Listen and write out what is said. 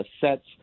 sets